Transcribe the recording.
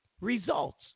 results